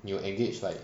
你有 engage like